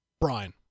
Brian